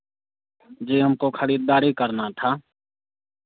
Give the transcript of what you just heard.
जी हमको खरीददारी करना था